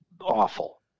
awful